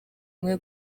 umwe